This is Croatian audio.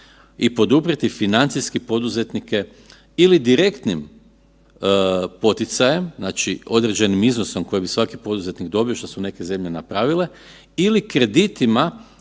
i poduprijeti financijski poduzetnike ili direktnim poticajem, znači, određenim iznosom koji bi svaki poduzetnik dobio, što su neke zemlje i napravile, ili kreditima